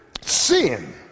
sin